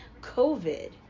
COVID